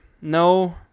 no